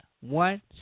one